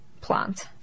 plant